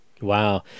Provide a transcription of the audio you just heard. Wow